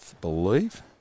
believe